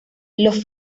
los